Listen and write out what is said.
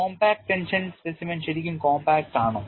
compact tension specimen ശരിക്കും compact ആണോ